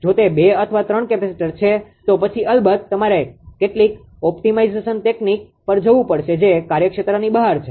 જો તે 2 અથવા 3 કેપેસિટર છે તો પછી અલબત્ત તમારે કેટલીક ઓપ્ટિમાઇઝેશન તકનીક પર જવું પડશે જે કાર્યક્ષેત્રની બહાર છે